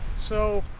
so,